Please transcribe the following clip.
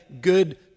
good